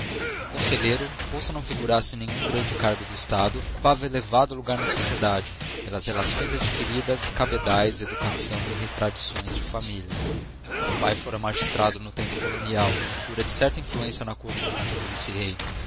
conselheiro posto não figurasse em nenhum grande cargo do estado ocupava elevado lugar na sociedade pelas relações adquiridas cabedais educação e tradições de família seu pai fora magistrado no tempo colonial e figura de certa influência na corte do último vice-rei